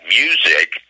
music